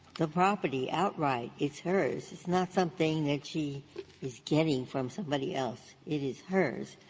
the property outright. it's hers. it's not something that she is getting from somebody else. it is hers,